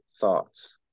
thoughts